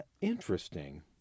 Interesting